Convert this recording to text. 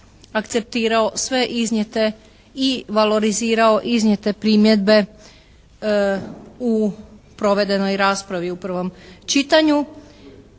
akceptirao sve iznijete i valorizirao iznijete primjedbe u provedenoj raspravi u prvom čitanju